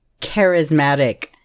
charismatic